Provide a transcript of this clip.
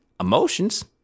emotions